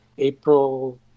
April